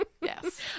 Yes